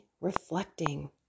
reflecting